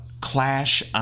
clash